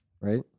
Right